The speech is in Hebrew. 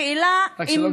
השאלה היא אם למדנו את הלקח.